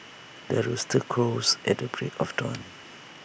the rooster crows at the break of dawn